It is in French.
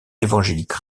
évangélique